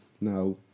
now